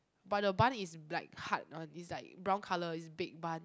but the bun is like hard one is like brown colour is baked bun